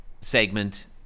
segment